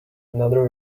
another